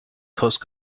coast